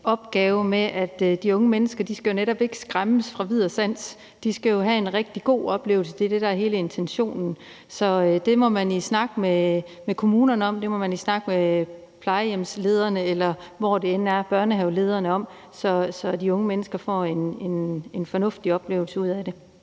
opgave, så de unge netop ikke skal skræmmes fra vid og sans. De skal jo have en rigtig god oplevelse. Det er det, der er hele intentionen. Så det må man i snak med kommunerne om, og det må man i snak med plejehjemslederne eller børnehavelederne om, så de unge mennesker får en fornuftig oplevelse ud af det.